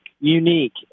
Unique